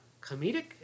comedic